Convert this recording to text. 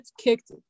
kicked